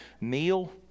meal